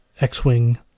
X-Wing